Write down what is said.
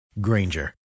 Granger